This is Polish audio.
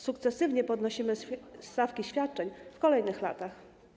Sukcesywnie podnosimy stawki świadczeń w kolejnych latach.